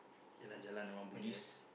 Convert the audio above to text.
jalan jalan around Bugis